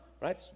Right